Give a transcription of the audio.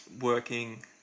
working